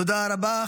תודה רבה.